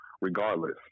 regardless